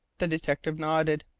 the detective nodded.